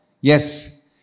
Yes